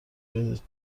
بهت